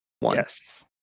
Yes